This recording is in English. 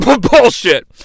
Bullshit